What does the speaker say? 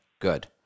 Good